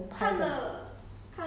他那个 ju-on